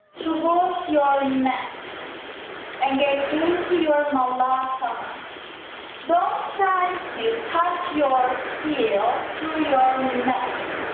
towards your mat and get into your malasana don't try to touch your heels to your mat,